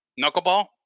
Knuckleball